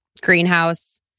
Greenhouse